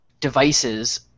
devices